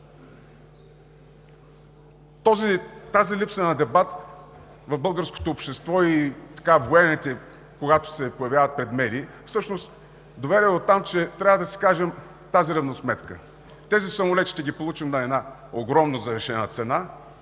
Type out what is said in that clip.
Тази липса на дебат в българското общество и военните, когато се появяват пред медии, всъщност доведе до там, че трябва да си кажем тази равносметка: тези самолети ще ги получим на една огромно завишена цена